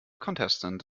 contestant